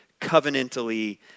covenantally